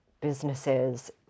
businesses